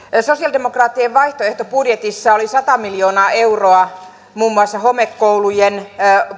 sosiaalidemokraattien vaihtoehtobudjetissa oli sata miljoonaa euroa muun muassa homekoulujen